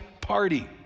party